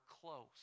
close